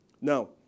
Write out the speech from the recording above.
Now